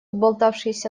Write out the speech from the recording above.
болтавшийся